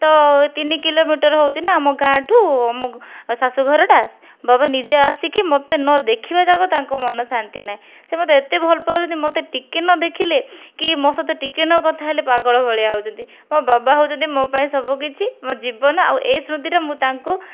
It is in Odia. ତ ତିନି କିଲୋମିଟର ହେଉଛି ଆମ ଗାଁ ଠୁ ଆମ ଶାଶୁଘରଟା ବାବା ନିଜେ ଆସିକି ମୋତେ ନଦେଖିବା ଯାଏଁକେ ତାଙ୍କ ମନଶାନ୍ତି ନାହିଁ ସେ ମୋତେ ଏତେ ଭଲ ପାଉଛନ୍ତି ମୋତେ ଟିକିଏ ନଦେଖିଲେ କି ମୋ' ସହିତ ଟିକିଏ ନ କଥା ହେଲେ ପାଗଳ ଭଳିଆ ହେଉଛନ୍ତି ମୋ' ବାବା ହେଉଛନ୍ତି ମୋ' ସବୁକିଛି ମୋ' ଜୀବନ ଆଉ ଏ ସ୍ମୃତି ମୁଁ ତାଙ୍କୁ